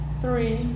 three